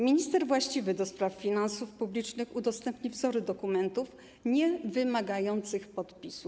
Minister właściwy do spraw finansów publicznych udostępni wzory dokumentów niewymagających podpisu.